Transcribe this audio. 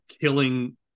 killing